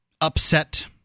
upset